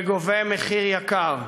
וגובה מחיר יקר.